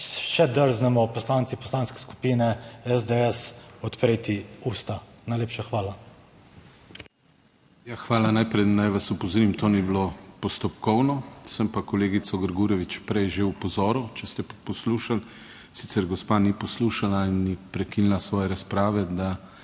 še drznemo poslanci Poslanske skupine SDS odpreti usta? Najlepša hvala. **PODPREDSEDNIK DANIJEL KRIVEC:** Hvala. Najprej naj vas opozorim: to ni bilo postopkovno. Sem pa kolegico Grgurevič prej že opozoril, če ste poslušali. Sicer gospa ni poslušala in ni prekinila svoje razprave, da